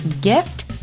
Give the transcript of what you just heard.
gift